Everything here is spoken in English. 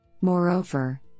Moreover